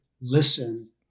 listen